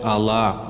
Allah